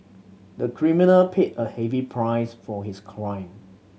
the criminal paid a heavy price for his crime